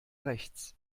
rechts